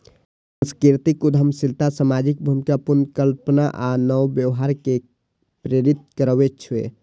सांस्कृतिक उद्यमशीलता सामाजिक भूमिका पुनर्कल्पना आ नव व्यवहार कें प्रेरित करै छै